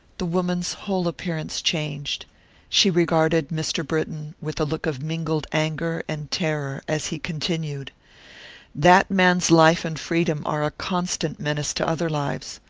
the woman's whole appearance changed she regarded mr. britton with a look of mingled anger and terror, as he continued that man's life and freedom are a constant menace to other lives.